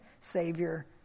Savior